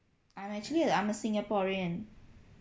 I'm actually I'm a singaporean